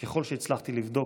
ככל שהצלחתי לבדוק,